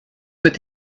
mit